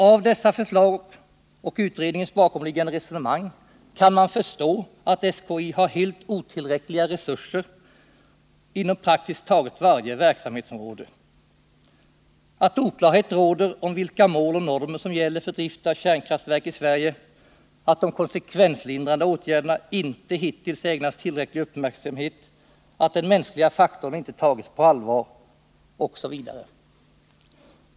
Av dessa förslag och av utredningens bakomliggande resonemang kan man förstå att SKI har helt otillräckliga resurser inom praktiskt taget varje verksamhetsområde, att oklarhet råder om vilka mål och normer som gäller för drift av kärnkraftverk i Sverige, att de konsekvenshindrande åtgärderna inte hittills ägnats tillräcklig uppmärksamhet, att den mänskliga faktorn inte tagits på allvar osv.